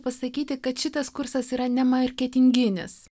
pasakyti kad šitas kursas yra ne marketinginis